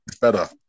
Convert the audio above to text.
better